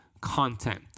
content